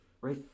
right